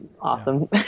awesome